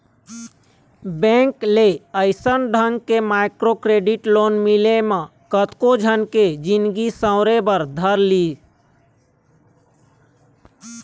bank ले अइसन ढंग के माइक्रो क्रेडिट लोन मिले म कतको झन के जिनगी सँवरे बर धर लिस